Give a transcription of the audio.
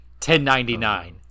$10.99